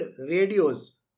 radios